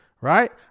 right